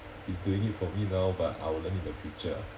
he's doing it for me now but I will learn in the future